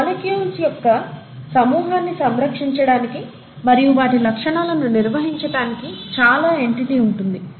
ఈ మాలిక్యూల్స్ యొక్క సమూహాన్ని సంరక్షించడానికి మరియు వాటి లక్షణాలను నిర్వహించటానికి చాలా ఎన్టీటీ ఉంటుంది